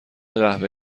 قهوه